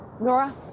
Nora